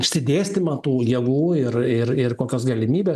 išsidėstymą tų jėgų ir ir ir kokios galimybės